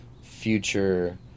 future